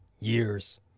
years